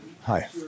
Hi